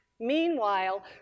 Meanwhile